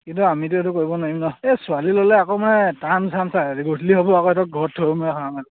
কিন্তু আমিতো এইটো কৰিব নোৱাৰিম নহ্ এই ছোৱালী ল'লে আকৌ মানে টান চান চা গধূলি হ'ব আকৌ ঘৰত মেলি অহা